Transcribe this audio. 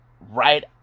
right